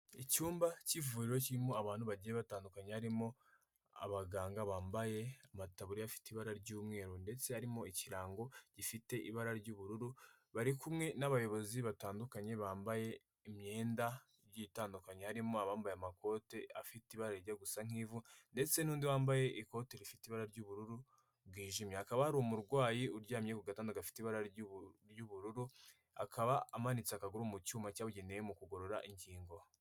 Icyumba cy'ivuriro kirimo abantu bagiye batandukanye, harimo abaganga bambaye amataburiya afite ibara ry'umweru ndetse harimo ikirango gifite ibara ry'ubururu, bari kumwe n'abayobozi batandukanye bambaye imyenda itandukanye, harimo abambaye amakote afite ibara rijya gusa nk'ivu ndetse n'undi wambaye ikote rifite ibara ry'ubururu bwijimye, hakaba hari umurwayi uryamye ku gatanda gafite ibara ry'ubururu, akaba amanitse akaguru mu cyuma cyabugenewe mu kugorora ingingo.